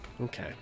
Okay